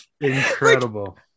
Incredible